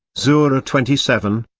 sura twenty seven,